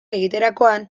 egiterakoan